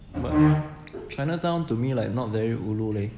but chinatown to me like not very ulu leh